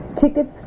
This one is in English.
Tickets